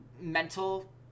mental